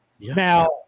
now